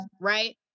right